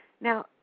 Now